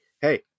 Hey